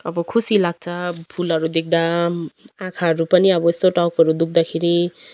अब खुसी लाग्छ फुलहरू देख्दा आँखाहरू पनि अब यसो टाउकोहरू दुख्दाखेरि